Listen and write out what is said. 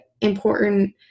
important